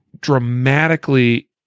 dramatically